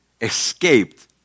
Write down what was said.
escaped